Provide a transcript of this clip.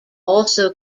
also